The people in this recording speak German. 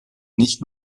nicht